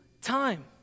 time